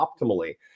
optimally